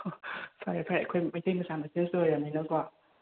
ꯑꯣ ꯐꯔꯦ ꯐꯔꯦ ꯑꯩꯈꯣꯏ ꯃꯩꯇꯩ ꯃꯆꯥ ꯃꯁꯦꯜꯁꯨ ꯑꯣꯏꯔꯃꯤꯅꯀꯣ